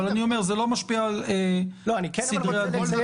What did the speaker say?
אבל אני אומר שזה לא משפיע על סדרי הדיון.